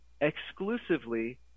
exclusively